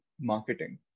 marketing